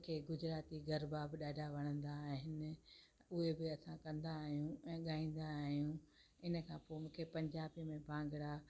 मूंखे गुजराती गरबा बि ॾाढा वणंदा आहिनि उहे बि असां कंदा आहियूं ऐं ॻाईंदा आहियूं इन खां पोइ मूंखे पंजाबी में भांगड़ा